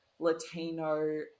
latino